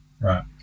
Right